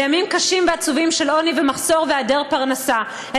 לימים קשים ועצובים של עוני ומחסור והיעדר פרנסה,